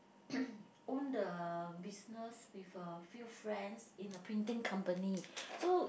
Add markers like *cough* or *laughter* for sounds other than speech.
*coughs* own the business with a few friends in a printing company so